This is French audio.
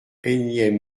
énième